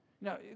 Now